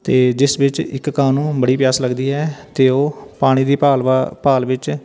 ਅਤੇ ਜਿਸ ਵਿੱਚ ਇੱਕ ਕਾਂ ਨੂੰ ਬੜੀ ਪਿਆਸ ਲੱਗਦੀ ਹੈ ਅਤੇ ਉਹ ਪਾਣੀ ਦੀ ਭਾਲਵਾ ਭਾਲ ਵਿੱਚ